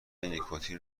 نیکوتین